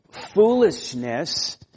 foolishness